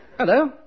Hello